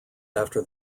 after